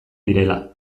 direla